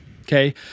Okay